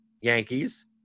Yankees